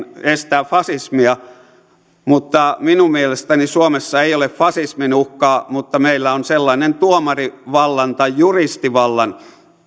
estää fasismia minun mielestäni suomessa ei ole fasismin uhkaa mutta meillä on sellainen tuomarivallan tai juristivallan